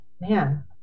man